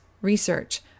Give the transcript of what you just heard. research